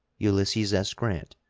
ulysses s. grant,